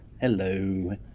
hello